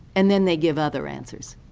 and then they give other answers.